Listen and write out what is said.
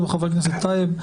חבר הכנסת טייב,